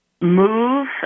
move